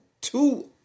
two